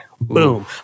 boom